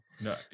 No